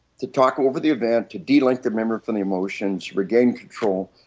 to talk over the event, to de-link the memory from the emotions, regain control.